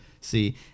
see